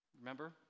remember